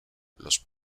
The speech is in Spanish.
los